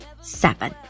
seven